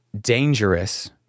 dangerous